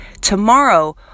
Tomorrow